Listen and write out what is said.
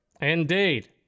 Indeed